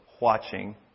watching